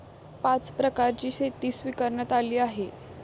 पाच प्रकारची शेती स्वीकारण्यात आली आहे